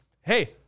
hey